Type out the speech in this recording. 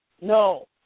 No